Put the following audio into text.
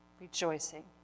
rejoicing